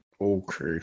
Okay